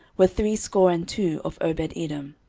were threescore and two of obededom.